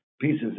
pieces